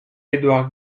édouard